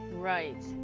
Right